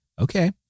okay